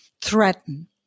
threaten